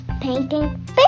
painting